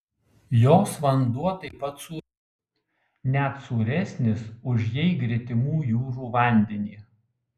jos vanduo taip pat sūrus net sūresnis už jai gretimų jūrų vandenį